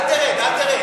לא, אל תרד, אל תרד.